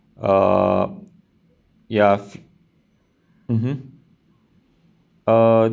uh ya mmhmm uh